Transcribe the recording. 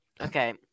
okay